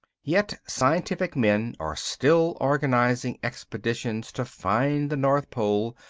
yet scientific men are still organizing expeditions to find the north pole,